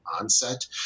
onset